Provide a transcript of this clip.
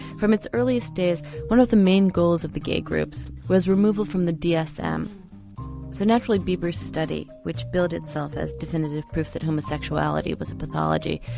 from its earliest days one of the main goals of the gay groups was removal from the dsm so naturally bieber's study, which billed itself as definitive proof that homosexuality was a pathology,